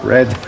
Red